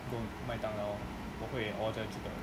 go 麦当劳我会 order 这个